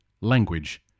language